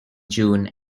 june